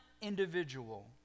individual